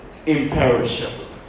Imperishable